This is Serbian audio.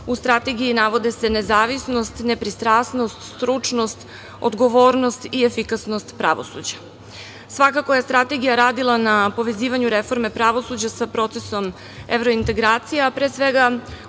u strategiji navode se nezavisnost, nepristrasnost, stručnost, odgovornost i efikasnost pravosuđa. Svakako je strategija radila na povezivanju reforme pravosuđa sa procesom evrointegracija, pre svega